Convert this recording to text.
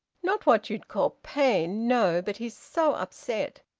not what you'd call pain. no! but he's so upset.